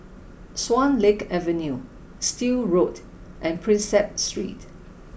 Swan Lake Avenue Still Road and Prinsep Street